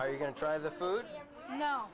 are you going to try the food no